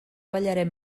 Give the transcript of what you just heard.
ballarem